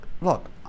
look